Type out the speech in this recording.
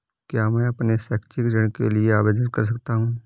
क्या मैं अपने शैक्षिक ऋण के लिए आवेदन कर सकता हूँ?